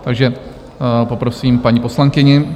Takže poprosím paní poslankyni.